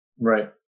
Right